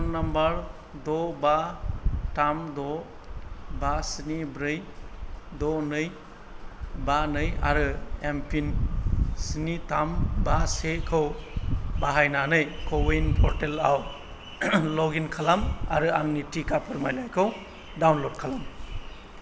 phone number द' बा थाम द' बा स्नि ब्रै द' नै बा नै आरो एम पिन स्नि थाम बा से खौ बाहायनानै कविन परटेलाव लग इन खालाम आरो आंनि टिका फोरमानलाइखौ डाउनलड खालाम